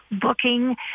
booking